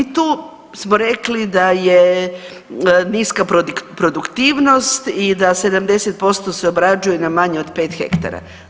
Mi tu smo rekli da je niska produktivnost i da 70% se obrađuje na manje od 5 hektara.